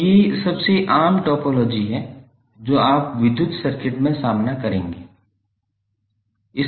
तो ये सबसे आम टोपोलॉजी हैं जो आप विद्युत सर्किट में सामना करेंगे